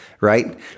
right